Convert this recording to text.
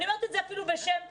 אני אומרת את זה אפילו בשם רם.